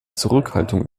zurückhaltung